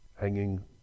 hanging